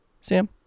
Sam